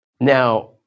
Now